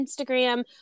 Instagram